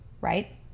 right